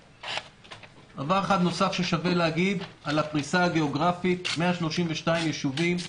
דבר אחד נוסף ששווה להגיד הוא הפריסה הגיאוגרפית 132 ישובים.